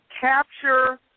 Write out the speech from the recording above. capture